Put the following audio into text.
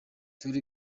dore